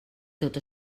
tot